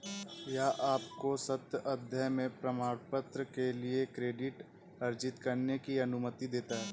यह आपको सतत अध्ययन में प्रमाणपत्र के लिए क्रेडिट अर्जित करने की अनुमति देता है